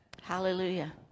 Hallelujah